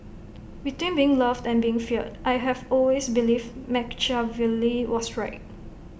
between being loved and being feared I have always believed Machiavelli was right